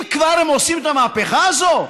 אם כבר הם עושים את המהפכה הזאת,